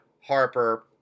Harper